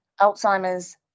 alzheimer's